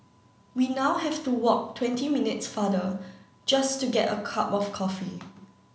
we now have to walk twenty minutes farther just to get a cup of coffee